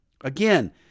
Again